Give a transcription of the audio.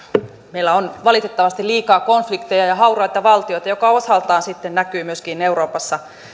meillä on valitettavasti liikaa konflikteja ja ja hauraita valtioita mikä osaltaan sitten näkyy myöskin euroopassa